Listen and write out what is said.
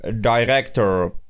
director